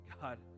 God